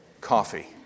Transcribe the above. coffee